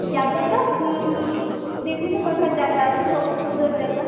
ଜାଗା ତ ବିଭିନ୍ନ ପ୍ରକାର ଜାଗା ଅଛି ବହୁତ ସୁନ୍ଦର ଜାଗା